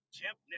Chimp